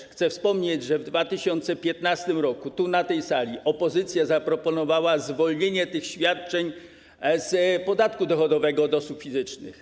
Ale chcę też wspomnieć, że w 2015 r. na tej sali opozycja zaproponowała zwolnienie tych świadczeń z podatku dochodowego od osób fizycznych.